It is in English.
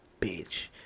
bitch